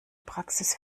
praxis